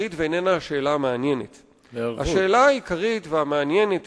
להבין אף אחת מהסוגיות שעומדות על